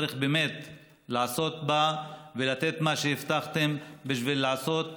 צריך באמת לעשות ולתת את מה שהבטחתם בשביל לעשות ממש,